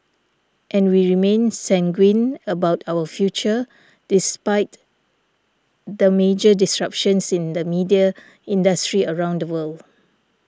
and we remain sanguine about our future despite the major disruptions in the media industry around the world